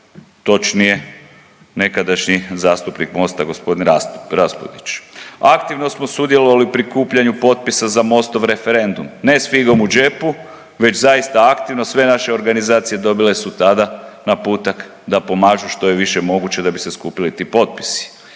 točnije nekadašnji zastupnik Mosta gospodin Raspudić. Aktivno smo sudjelovali u prikupljanju potpisa za Mostov referendum ne s figom u džepu već zaista aktivno sve naše organizacije dobile su tada naputak da pomažu što je više moguće da bi se skupili ti potpisi